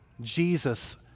Jesus